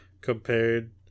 compared